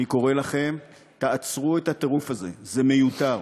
אני קורא לכם: תעצרו את הטירוף הזה, זה מיותר,